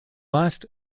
last